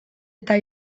eta